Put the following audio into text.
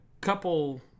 couple